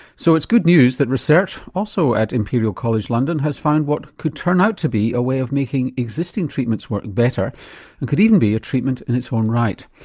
so it's good news that research, also at imperial college london, has found what could turn out to be a way of making existing treatments work better and could even be a treatment in its own right.